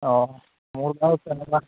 অঁ মোৰ বাৰু তেনেকুৱা